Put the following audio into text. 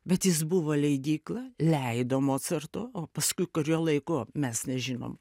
bet jis buvo leidykla leido mocarto o paskui kuriuo laiku mes nežinom